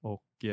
Och